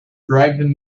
driving